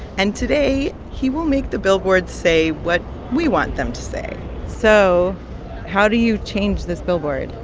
and today he will make the billboards say what we want them to say so how do you change this billboard?